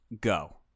go